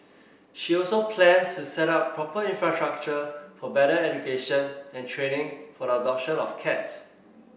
she also plans to set up proper infrastructure for better education and training for the adoption of cats